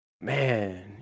man